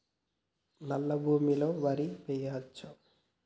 నల్లా భూమి లో వరి వేయచ్చా?